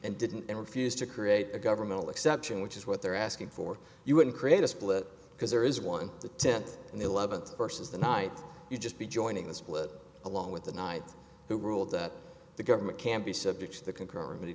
and didn't then refuse to create a governmental exception which is what they're asking for you wouldn't create a split because there is one the tenth and eleventh versus the night you'd just be joining the split along with the knights who ruled that the government can't be subject to the concurrent